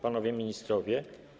Panowie Ministrowie!